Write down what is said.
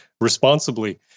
responsibly